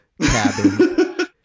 cabin